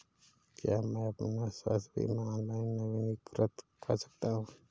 क्या मैं अपना स्वास्थ्य बीमा ऑनलाइन नवीनीकृत कर सकता हूँ?